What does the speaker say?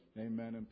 amen